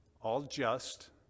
all-just